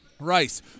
Rice